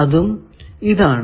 അത് ഇതാണ്